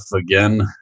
again